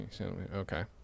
okay